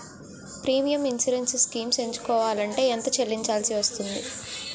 Premium insurance schemes ఎంచుకోవలంటే ఎంత చల్లించాల్సివస్తుంది??